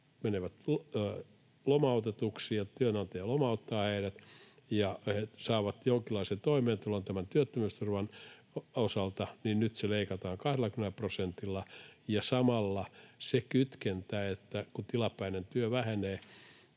menevät lomautetuiksi ja työnantaja lomauttaa heidät, niin he saavat jonkinlaisen toimeentulon tämän työttömyysturvan osalta — nyt leikataan 20 prosentilla. Samalla se kytkentä, että kun tilapäinen työ vähenee